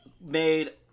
made